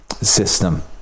system